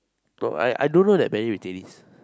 bro I I don't know that many retainees